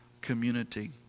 community